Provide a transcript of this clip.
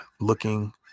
looking